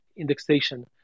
indexation